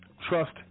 trust